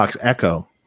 Echo